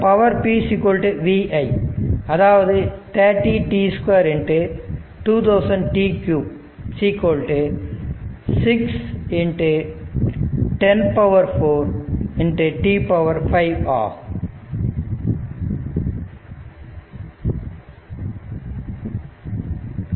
மற்றும் power p v i அதாவது 30 t 2 2000 t 3 6 104 t5 ஆகும்